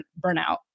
burnout